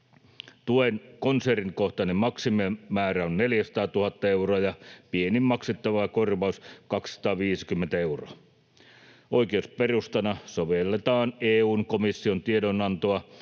Tuen konsernikohtainen maksimimäärä on 400 000 euroa ja pienin maksettava korvaus 250 euroa. Oikeusperustana sovelletaan EU:n komission tiedonantoa